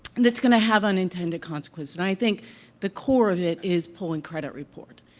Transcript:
and that's going to have unintended consequences. and i think the core of it is pulling credit report,